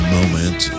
Moment